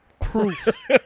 Proof